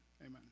Amen